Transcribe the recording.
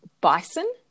bison